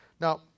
Now